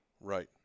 right